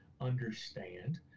understand